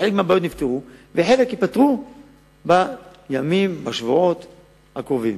חלק מהבעיות נפתרו וחלק ייפתרו בימים או בשבועות הקרובים.